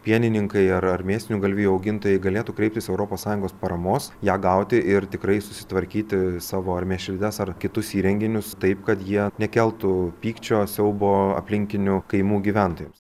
pienininkai ar ar mėsinių galvijų augintojai galėtų kreiptis europos sąjungos paramos ją gauti ir tikrai susitvarkyti savo ar mėšlides ar kitus įrenginius taip kad jie nekeltų pykčio siaubo aplinkinių kaimų gyventojams